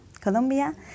Colombia